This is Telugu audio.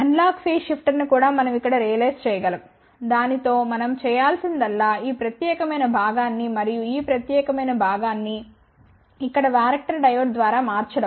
అనలాగ్ ఫేజ్ షిఫ్టర్ను కూడా మనం ఇక్కడ రియలైజ్ చేయగలం దానితో మనం చేయాల్సిందల్లా ఈ ప్రత్యేకమైన భాగాన్ని మరియు ఈ ప్రత్యేక భాగాన్ని ఇక్కడ వ్యారక్టర్ డయోడ్ ద్వారా మార్చడం